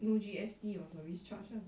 no G_S_T or service charge lah